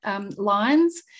lines